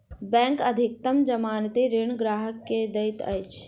bank अधिकतम जमानती ऋण ग्राहक के दैत अछि